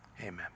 Amen